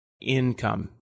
income